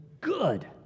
good